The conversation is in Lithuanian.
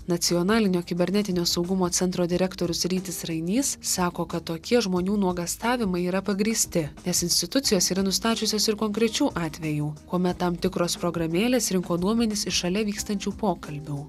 nacionalinio kibernetinio saugumo centro direktorius rytis rainys sako kad tokie žmonių nuogąstavimai yra pagrįsti nes institucijos yra nustačiusios ir konkrečių atvejų kuomet tam tikros programėlės rinko duomenis iš šalia vykstančių pokalbių